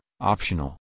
optional